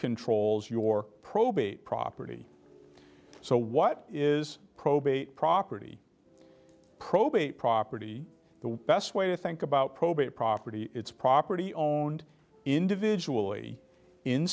controls your probate property so what is probate property probate property the best way to think about probate property it's property owned individually in